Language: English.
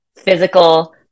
physical